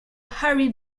harry